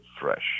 fresh